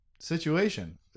situation